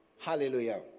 Hallelujah